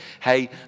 hey